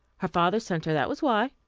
her father sent her, that was why.